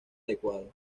adecuado